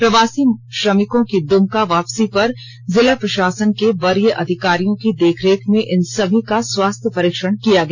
प्रवासी श्रमिकों की दमका वापसी पर जिला प्रशासन के वरीय अधिकारियों की देखरेख में इन सभी का स्वास्थ्य परीक्षण किया गया